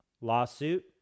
lawsuit